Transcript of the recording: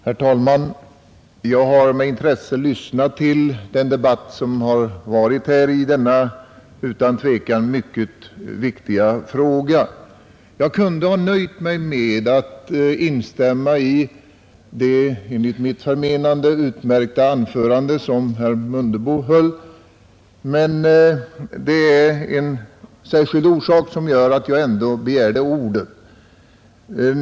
Herr talman! Jag har med intresse lyssnat till den debatt som har förts i denna utan tvivel mycket viktiga fråga. Jag kunde ha nöjt mig med att instämma i det enligt mitt förmenande utmärkta anförande som herr Mundebo höll, men det är en särskild orsak som gör att jag ändå begärde ordet.